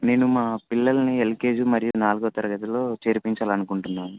నేను మా పిల్లల్ని ఎల్ కే జీ మరియు నాలుగవ తరగతిలో చేర్పించాలి అనుకుంటున్నాను